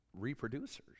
reproducers